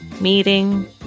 Meeting